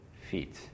feet